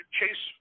Chase